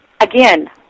Again